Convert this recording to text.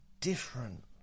different